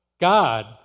God